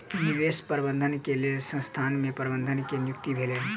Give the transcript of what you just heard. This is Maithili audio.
निवेश प्रबंधन के लेल संसथान में प्रबंधक के नियुक्ति भेलै